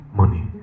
money